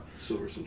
Silver